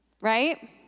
Right